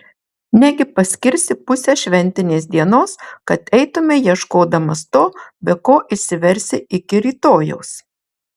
negi paskirsi pusę šventinės dienos kad eitumei ieškodamas to be ko išsiversi iki rytojaus